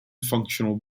functional